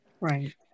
Right